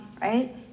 right